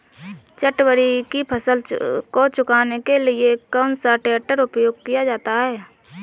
चटवटरी की फसल को काटने के लिए कौन सा ट्रैक्टर उपयुक्त होता है?